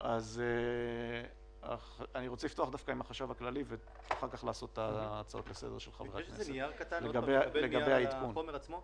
אני שמח לפתוח את ישיבת ועדת הכספים.